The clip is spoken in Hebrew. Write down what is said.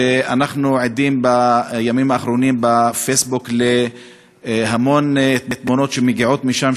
ואנחנו עדים בימים האחרונים בפייסבוק להמון תמונות שמגיעות משם,